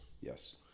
Yes